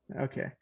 okay